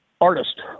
Artist